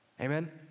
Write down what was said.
Amen